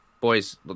boys